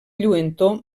lluentor